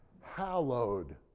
hallowed